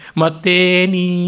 mateni